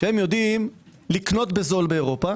שהם יודעים לקנות בזול באירופה